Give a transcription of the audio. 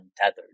untethered